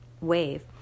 wave